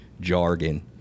jargon